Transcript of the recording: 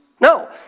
No